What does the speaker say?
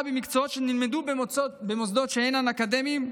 במקצועות שנלמדו במוסדות שאינם אקדמיים,